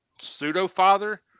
pseudo-father